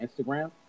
Instagram